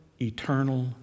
eternal